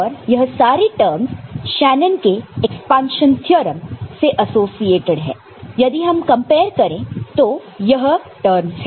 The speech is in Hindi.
और यह सारे टर्मस शेनन के एक्सपांशन थ्योरम से एसोसिएटेड है यदि हम कंपेयर करें तो यह टर्मस है